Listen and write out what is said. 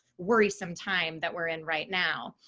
worrisome time that we're in right now.